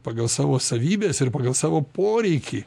pagal savo savybes ir pagal savo poreikį